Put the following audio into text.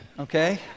okay